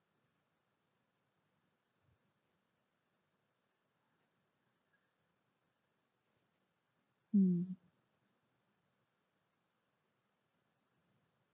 mm